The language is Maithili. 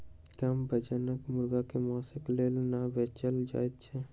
कम वजनक मुर्गी के मौंसक लेल नै बेचल जाइत छै